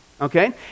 Okay